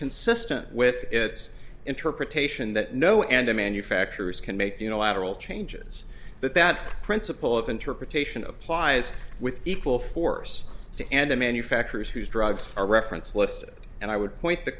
consistent with its interpretation that no end of manufacturers can make you know out of all changes that that principle of interpretation of applies with equal force to end the manufacturers whose drives are reference listed and i would point the